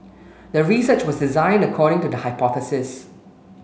the research was designed according to the hypothesis